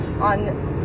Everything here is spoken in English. on